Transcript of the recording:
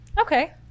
okay